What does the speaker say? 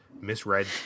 misread